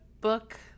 book